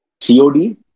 COD